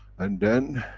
and then,